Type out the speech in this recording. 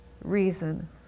reason